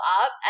up